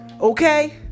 Okay